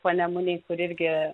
panemunėj kur irgi